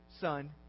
son